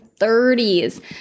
30s